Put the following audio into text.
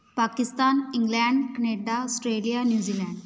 Pakistan England Canada Australia New Zealand